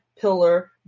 pillar